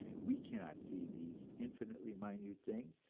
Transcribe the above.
we cannot see these infinitely minute things,